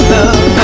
Love